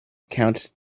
count